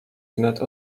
wnet